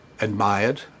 admired